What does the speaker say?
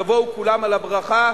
יבואו כולם על הברכה.